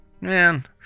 Man